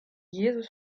jesus